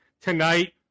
tonight